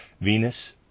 Venus